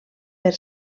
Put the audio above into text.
per